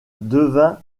devint